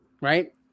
right